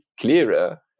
clearer